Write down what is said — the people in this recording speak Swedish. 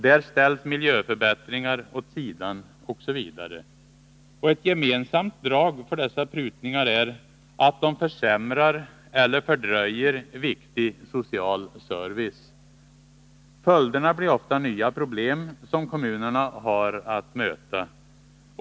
Där ställs miljöförbättringar åt sidan, osv. Ett gemensamt drag för dessa prutningar är att de försämrar eller fördröjer viktig social service. Följderna blir ofta nya problem som kommunerna har att möta.